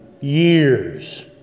years